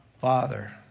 father